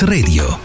Radio